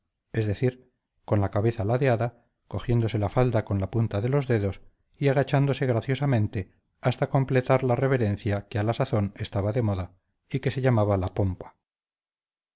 es decir con la cabeza ladeada cogiéndose la falda con la punta de los dedos y agachándose graciosamente hasta completar la reverencia que a la sazón estaba de moda y que se llamaba la pompa